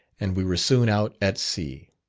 and we were soon out at sea.